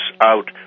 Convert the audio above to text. out